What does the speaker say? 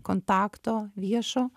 kontakto viešo